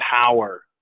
power